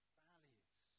values